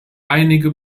einige